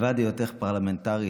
מלבד היותך פרלמנטרית